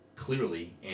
clearly